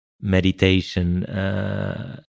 meditation